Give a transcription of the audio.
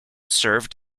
served